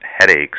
headaches